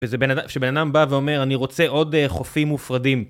וזה בן, שבן אדם בא ואומר, אני רוצה עוד חופים מופרדים.